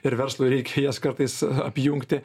ir verslui reikia jas kartais apjungti